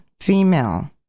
Female